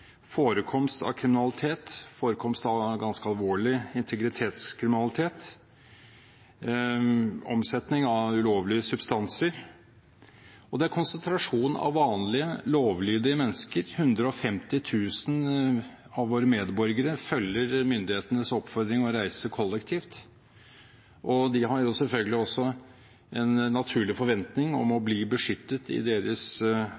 forekomst av kriminalitet, forekomst av ganske alvorlig integritetskriminalitet, omsetning av ulovlige substanser, og det er konsentrasjon av vanlige, lovlydige mennesker. 150 000 av våre medborgere følger myndighetenes oppfordring om å reise kollektivt. De har selvfølgelig en naturlig forventning om å bli beskyttet i